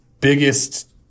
biggest